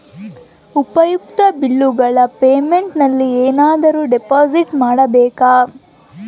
ಉಪಯುಕ್ತತೆ ಬಿಲ್ಲುಗಳ ಪೇಮೆಂಟ್ ನಲ್ಲಿ ಏನಾದರೂ ಡಿಪಾಸಿಟ್ ಮಾಡಬೇಕಾ?